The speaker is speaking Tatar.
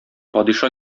падиша